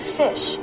fish